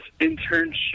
internship